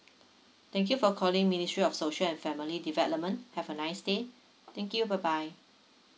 thank you for calling ministry of social and family development have a nice day thank you bye bye